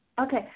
Okay